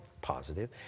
positive